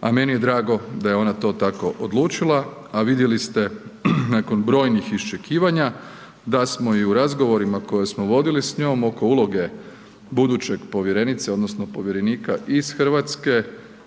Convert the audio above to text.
a meni je drago da je ona to tako odlučila, a vidjeli ste nakon brojnih iščekivanja da smo i u razgovorima koje smo vodili s njom oko uloge buduće povjerenice odnosno povjerenika iz RH,